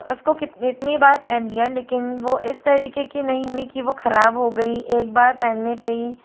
उसको इतनी बार पहन लिया लेकिन वो इस तरीके की नहीं हुई कि वो खराब हो गई एक बार पहनने पे ही